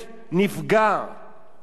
כשיש מצב